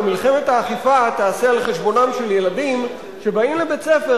ומלחמת האכיפה תיעשה על חשבונם של ילדים שבאים לבית-ספר